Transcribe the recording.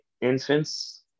infants